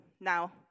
Now